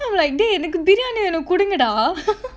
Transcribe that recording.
then I'm like dey எனக்கு:enakku biryani வேணு குடுங்கடா:venu kudungadaa